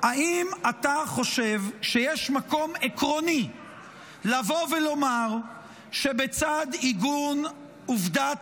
אתה חושב שיש מקום עקרוני לבוא ולומר שבצד עיגון עובדת